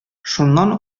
шуннан